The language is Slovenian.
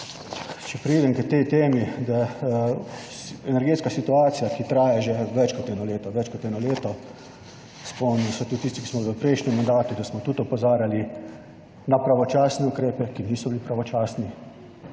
če preidem k tej temi, da energetska situacija, ki traja že več kot eno leto, več kot eno leto, spomnim se, tudi tisti, ki smo bili v prejšnjem mandatu, da smo tudi opozarjali na pravočasne ukrepe, ki niso bili pravočasni.